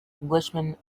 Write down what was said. englishman